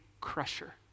crusher